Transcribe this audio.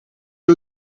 het